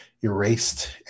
erased